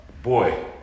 Boy